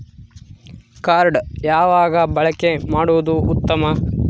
Card ಯಾವಾಗ ಬಳಕೆ ಮಾಡುವುದು ಉತ್ತಮ?